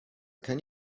can